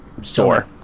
store